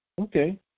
Okay